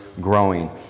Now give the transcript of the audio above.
growing